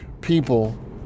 people